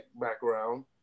background